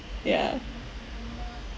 yeah